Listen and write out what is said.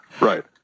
Right